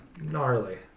gnarly